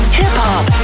hip-hop